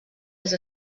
els